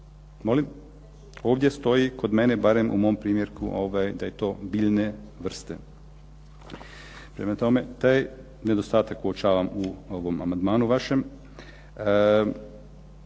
Molim. Ovdje stoji kod mene barem u mom primjerku da je to biljne vrste. Prema tome, taj nedostatak uočavam u ovom amandmanu vašem.